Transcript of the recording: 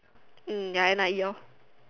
ya and